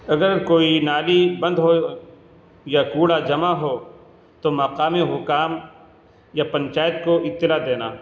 اگر کوئی نالی بند ہو یا کوڑا جمع ہو تو مقامی حکام یا پنچایت کو اطلاع دینا